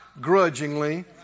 grudgingly